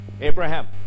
Abraham